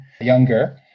younger